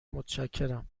متشکرم